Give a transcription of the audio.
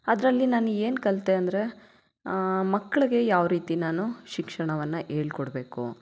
ಅದರಲ್ಲಿ ನಾನು ಏನು ಕಲಿತೆ ಅಂದರೆ ಮಕ್ಕಳಿಗೆ ಯಾವ ರೀತಿ ನಾನು ಶಿಕ್ಷಣವನ್ನು ಹೇಳ್ಕೊಡ್ಬೇಕು